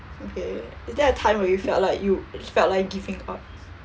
okay is there a time when you felt like you felt like giving up